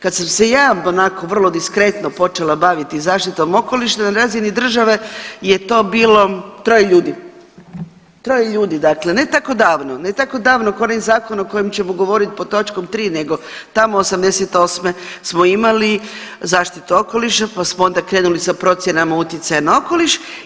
Kad sam se ja onako vrlo diskretno počela baviti zaštitom okoliša na razini države je to bilo troje ljudi, dakle ne tako davno, ne tako davno kao onaj zakon o kojem ćemo govoriti pod točkom tri nego tamo '88. smo imali zaštitu okoliša, pa smo onda krenuli sa procjenom utjecaja na okoliš.